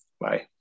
Bye